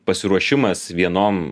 pasiruošimas vienom